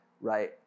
right